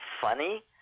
funny